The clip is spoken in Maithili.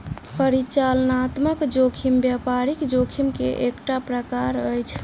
परिचालनात्मक जोखिम व्यापारिक जोखिम के एकटा प्रकार अछि